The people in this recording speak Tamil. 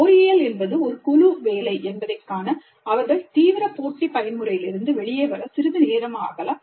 பொறியியல் என்பது ஒரு குழு வேலை என்பதைக் காண அவர்கள் தீவிர போட்டி பயன்முறையிலிருந்து வெளியே வர சிறிது நேரம் ஆகலாம்